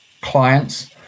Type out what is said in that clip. clients